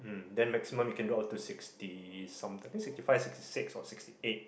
then maximum you can do up to sixty some I think sixty five sixty six or sixty eight